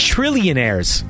Trillionaires